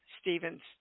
Steven's